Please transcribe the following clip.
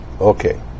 Okay